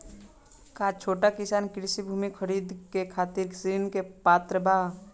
का छोट किसान कृषि भूमि खरीदे के खातिर ऋण के पात्र बा?